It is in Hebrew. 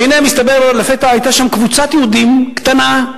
והנה, מסתבר, לפתע היתה שם קבוצת יהודים קטנה,